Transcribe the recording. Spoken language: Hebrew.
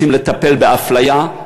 רוצים לטפל באפליה?